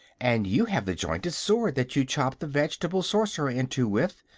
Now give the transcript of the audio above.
and you have the jointed sword that you chopped the veg'table sorcerer in two with,